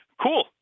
Cool